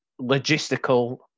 logistical